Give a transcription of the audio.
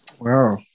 Wow